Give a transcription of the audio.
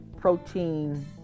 protein